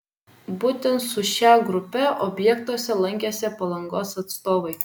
būtent su šia grupe objektuose lankėsi palangos atstovai